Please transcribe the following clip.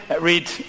read